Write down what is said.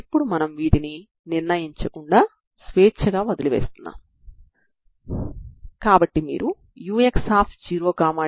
కానీ మనం సాధారణ వాదన ద్వారా వీటిని కనుగొనవచ్చు